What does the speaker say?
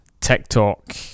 TikTok